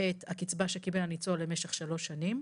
את הקצבה שקיבל הניצול למשך שלוש שנים.